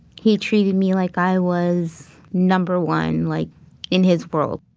he treated me like i was number one, like in his world